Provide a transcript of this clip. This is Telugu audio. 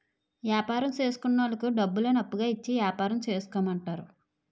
యాపారం చేసుకున్నోళ్లకు డబ్బులను అప్పుగా ఇచ్చి యాపారం చేసుకోమంటారు